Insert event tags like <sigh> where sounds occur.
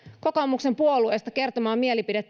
kokoomuspuolueesta kertomaan mielipide <unintelligible>